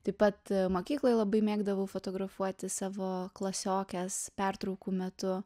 taip pat mokykloj labai mėgdavau fotografuoti savo klasiokes pertraukų metu